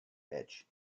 edge